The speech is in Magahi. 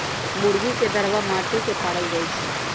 मुर्गी के दरबा माटि के पारल जाइ छइ